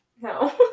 No